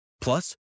Plus